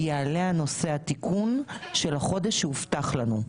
יעלה נושא התיקון של החודש שהובטח לנו,